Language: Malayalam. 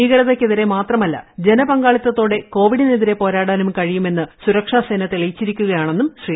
ഭീകരതയ്ക്കെതിരെ മാത്രമല്ല ജനപങ്കാളിത്തതോടെ കോവിഡി നെതിരെ പോരാടാനും കഴിയുമെന്ന് സുരക്ഷാസേന തെളിയിച്ചിരി ക്കെയാണെന്ന് ശ്രീ